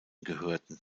gehörten